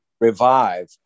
revive